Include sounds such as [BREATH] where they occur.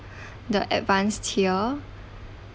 [BREATH] the advanced tier